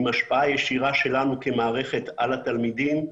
עם השפעה ישירה שלנו כמערכת על התלמידים.